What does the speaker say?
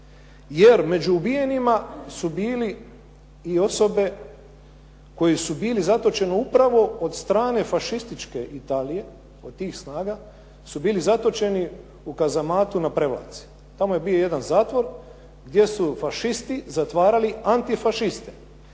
Jer među ubijenima su bili i osobe koje su bile zatočene upravo od strane fašističke Italije, od tih snaga, su bili zatočeni u Kazamatu na Prevlaci. Tamo je bio jedan zatvor gdje su fašisti zatvarali antifašiste